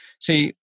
See